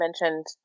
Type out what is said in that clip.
mentioned